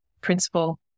principal